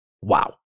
wow